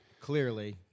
clearly